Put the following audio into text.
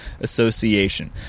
association